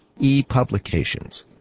ePublications